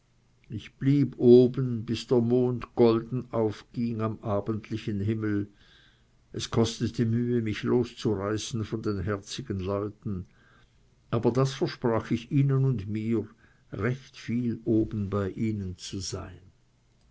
ich blieb oben bis der mond golden aufging am abendlichen himmel es kostete mühe mich loszureißen von den herzigen leuten aber das versprach ich ihnen und mir recht viel oben bei ihnen zu sein